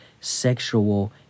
sexual